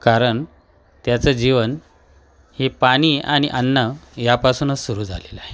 कारण त्याचं जीवन हे पाणी आणि अन्न यापासूनच सुरू झालेलं आहे